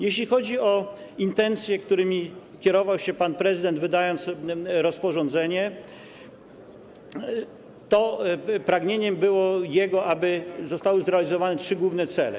Jeśli chodzi o intencje, którymi kierował się pan prezydent, wydając rozporządzenie, jego pragnieniem było, aby zostały zrealizowane trzy główne cele.